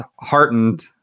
heartened